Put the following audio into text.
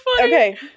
Okay